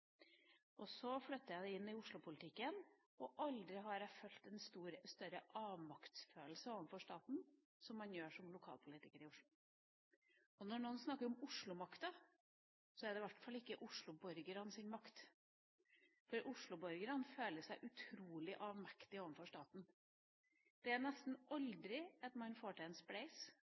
Så kom jeg inn i Oslo-politikken, og aldri har jeg hatt en større avmaktsfølelse overfor staten som man har som lokalpolitiker i Oslo. Når noen snakker om Oslo-makta, er det i hvert fall ikke Oslo-borgernes makt, for Oslo-borgerne føler seg utrolig avmektige overfor staten. Det skjer nesten aldri at man får til en